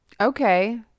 Okay